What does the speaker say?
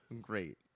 Great